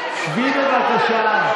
שבי, בבקשה.